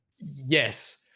Yes